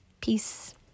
Peace